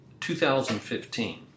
2015